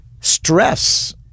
stress